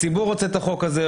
הציבור רוצה את החוק הזה.